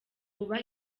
bubaha